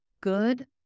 good